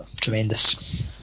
tremendous